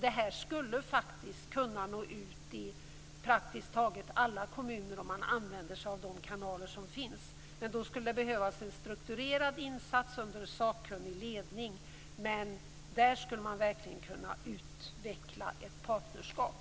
Det skulle kunna nå ut till praktiskt taget alla kommuner om man använder sig av de kanaler som finns. Då skulle det behövas en strukturerad insats under sakkunnig ledning. Där skulle man verkligen kunna utveckla ett partnerskap.